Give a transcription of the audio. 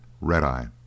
red-eye